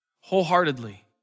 wholeheartedly